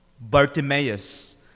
Bartimaeus